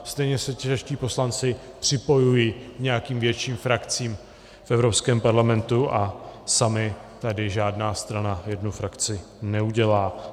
Stejně se čeští poslanci připojují k nějakým větším frakcím v Evropském parlamentu a sama tady žádná strana jednu frakci neudělá.